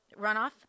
runoff